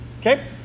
Okay